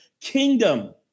kingdom